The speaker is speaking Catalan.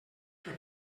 què